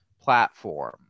platform